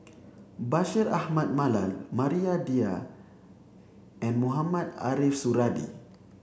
Bashir Ahmad Mallal Maria Dyer and Mohamed Ariff Suradi